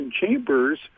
chambers